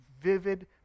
vivid